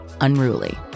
unruly